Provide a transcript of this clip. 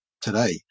today